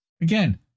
Again